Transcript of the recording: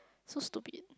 so stupid